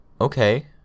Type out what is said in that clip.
Okay